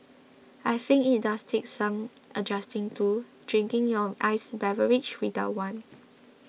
I think it does take some adjusting to drinking your iced beverage without one